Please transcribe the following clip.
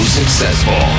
successful